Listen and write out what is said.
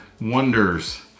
wonders